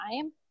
time